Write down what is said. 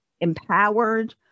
empowered